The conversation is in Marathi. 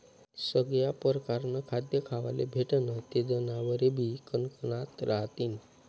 सगया परकारनं खाद्य खावाले भेटनं ते जनावरेबी कनकनात रहातीन